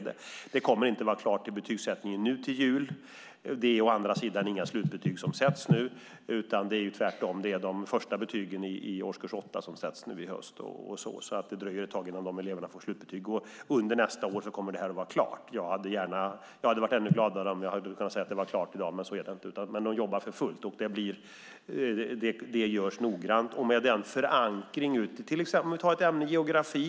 Det kommer dock inte att blir klart till betygssättningen till jul i år. Å andra sidan sätts inga slutbetyg då, utan det är de första betygen i årskurs 8 som sätts till jul. Det dröjer alltså ett tag innan de eleverna får slutbetyg. Under nästa år kommer detta att vara klart. Jag hade varit glad att kunna säga att det är klart i dag, men så är det inte. Det jobbas för fullt, och det görs noggrant. För att ge exempel på förankring kan vi ta ämnet geografi.